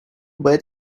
bad